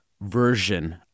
version